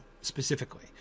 specifically